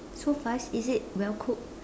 so fast is it well cooked